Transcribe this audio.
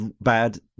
bad